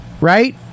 Right